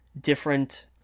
different